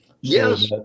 Yes